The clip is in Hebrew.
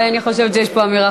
אבל אני חושבת שיש פה אמירה חשובה.